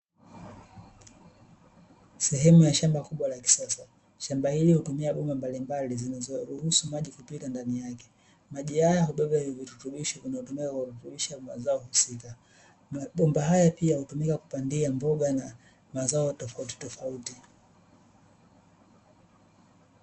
Sehemu ya shamba kubwa la kisasa, shamba hili hutumia bomba mbalimbali zinazoruhusu maji kupita ndani yake. Maji haya ubeba virutubisho vyenye vimea vinavyorutubisha mazao husika, mabomba haya pia hutumika kupandia mboga na mazao tofautitofauti.